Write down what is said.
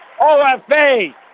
OFA